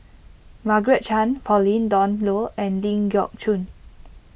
Margaret Chan Pauline Dawn Loh and Ling Geok Choon